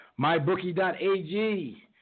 mybookie.ag